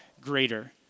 greater